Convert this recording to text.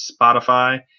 Spotify